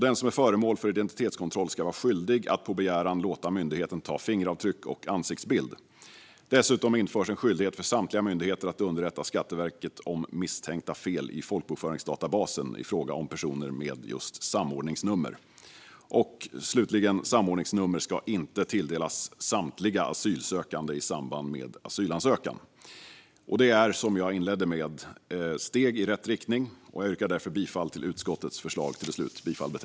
Den som är föremål för identitetskontroll ska vara skyldig att på begäran låta myndigheten ta fingeravtryck och ansiktsbild. Dessutom införs en skyldighet för samtliga myndigheter att underrätta Skatteverket om misstänkta fel i folkbokföringsdatabasen i fråga om personer med just samordningsnummer. Slutligen ska samordningsnummer inte tilldelas samtliga asylsökande i samband med asylansökan. Detta är, som jag inledde med, steg i rätt riktning. Jag yrkar därför bifall till utskottets förslag till beslut.